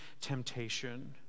temptation